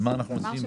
על מה אנחנו מתחילים?